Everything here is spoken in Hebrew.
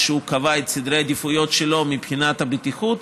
כשהוא קבע את סדרי העדיפויות שלו מבחינת הבטיחות,